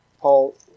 Paul